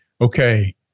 okay